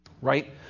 right